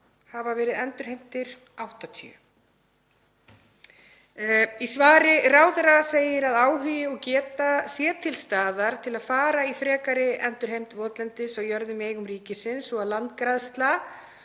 Í svari ráðherra segir að áhugi og geta sé til staðar til að fara í frekari endurheimt votlendis á jörðum í eigu ríkisins og að Landgræðslan